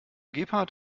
gebhardt